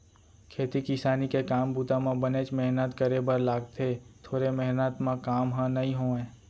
खेती किसानी के काम बूता म बनेच मेहनत करे बर लागथे थोरे मेहनत म काम ह नइ होवय